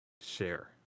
Share